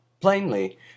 Plainly